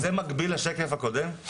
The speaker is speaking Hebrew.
זה מקביל לשקף הקודם?